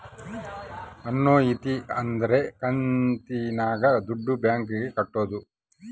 annuity ಅಂದ್ರ ಕಂತಿನಾಗ ದುಡ್ಡು ಬ್ಯಾಂಕ್ ಗೆ ಕಟ್ಟೋದು